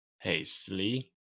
hastily